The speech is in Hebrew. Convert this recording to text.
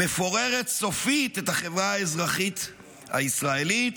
מפוררת סופית את החברה האזרחית הישראלית